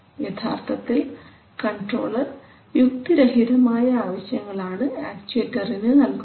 യഥാർത്ഥത്തിൽ കൺട്രോളർ യുക്തിരഹിതമായ ആവശ്യങ്ങളാണ് ആക്ച്ചുവെറ്ററിന് നൽകുന്നത്